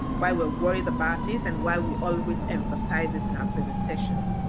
why we're worried about it and why we always emphasize this in our presentations.